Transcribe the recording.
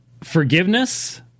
forgiveness